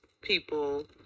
people